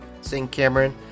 singcameron